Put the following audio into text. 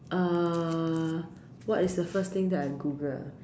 err what is the first thing that I Google ah